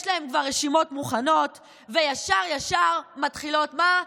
יש להם כבר רשימות מוכנות, וישר ישר מתחילות, מה?